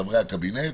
חברי הקבינט,